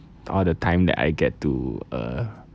all the time that I get to uh